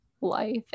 life